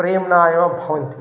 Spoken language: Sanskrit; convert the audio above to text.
प्रेम्णा एव भवन्ति